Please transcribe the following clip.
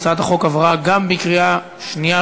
הצעת החוק עברה גם בקריאה שנייה,